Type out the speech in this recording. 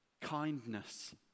kindness